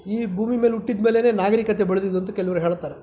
ಈ ಭೂಮಿ ಮೇಲೆ ಹುಟ್ಟಿದಮೇಲೆನೆ ನಾಗರೀಕತೆ ಬೆಳೆದಿದ್ದು ಅಂತ ಕೆಲವರು ಹೇಳ್ತಾರೆ